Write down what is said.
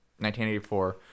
1984